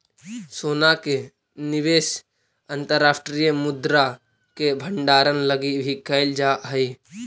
सोना के निवेश अंतर्राष्ट्रीय मुद्रा के भंडारण लगी भी कैल जा हई